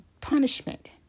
punishment